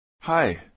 Hi